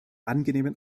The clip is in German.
angenehmen